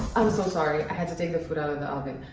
um so sorry, i had to take the food out of the oven.